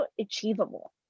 achievable